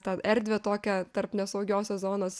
tą erdvę tokią tarp nesaugiosios zonos